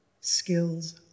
skills